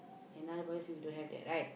in other words we don't have that right